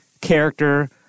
character